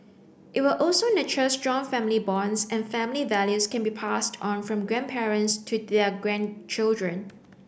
it will also nurture strong family bonds and family values can be passed on from grandparents to their grandchildren